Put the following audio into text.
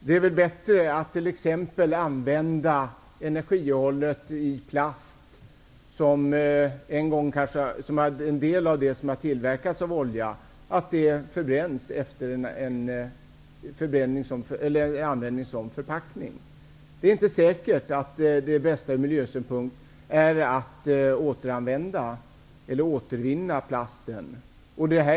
Det är väl bättre att t.ex. den del av plasten som har tillverkats av olja förbränns efter att ha använts som förpackning. Det är inte säkert att det bästa ur miljösynpunkt är att återanvända eller återvinna plasten.